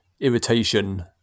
irritation